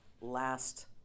last